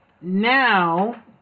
Now